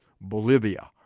Bolivia